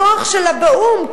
לכוח שלה באו"ם.